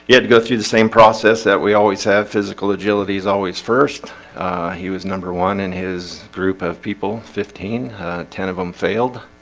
yeah go through the same process that we always have physical agility is always first he was number one in his group of people fifteen ten of them failed